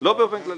לא באופן כללי.